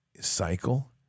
cycle